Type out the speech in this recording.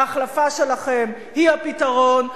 ההחלפה שלכם היא הפתרון,